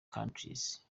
counties